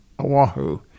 Oahu